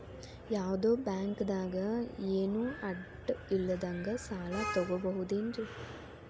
ಯಾವ್ದೋ ಬ್ಯಾಂಕ್ ದಾಗ ಏನು ಅಡ ಇಲ್ಲದಂಗ ಸಾಲ ತಗೋಬಹುದೇನ್ರಿ?